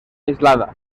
aislada